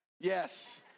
Yes